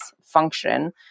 function